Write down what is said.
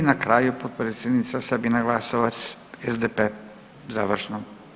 I na kraju potpredsjednica Sabina Glasovac SDP, završno.